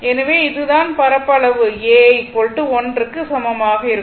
எனவே இது தான் பரப்பளவு A l க்கு சமமாக இருக்கும்